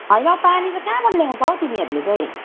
होइन पानी त कहाँबाट ल्याउँछ हौ तिमीहरूले चाहिँ